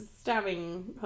Stabbing